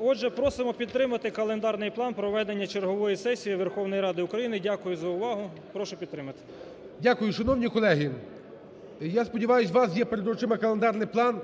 Отже, просимо підтримати календарний план проведення чергової сесії Верховної Ради України. Дякую за увагу, прошу підтримати. ГОЛОВУЮЧИЙ. Дякую. Шановні колеги, я сподіваюсь, у вас є перед очима календарний план.